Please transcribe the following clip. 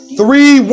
three